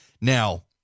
Now